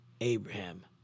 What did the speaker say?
Abraham